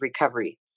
recovery